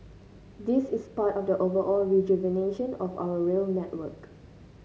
this is part of the overall rejuvenation of our rail network